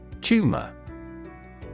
Tumor